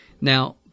Now –